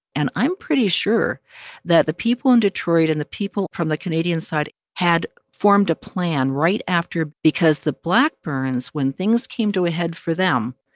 and i'm pretty sure that the people in detroit and the people from the canadian side had formed a plan right after because the blackburns when things came to a head for them,